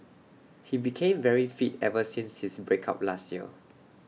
he became very fit ever since his break up last year